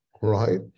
right